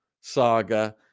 saga